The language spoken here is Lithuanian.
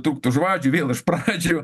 trukt už vadžių vėl iš pradžių